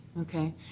Okay